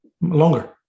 longer